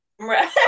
Right